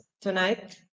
tonight